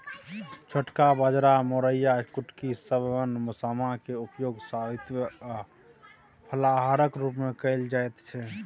छोटका बाजरा मोराइयो कुटकी शवन समा क उपयोग सात्विक आ फलाहारक रूप मे कैल जाइत छै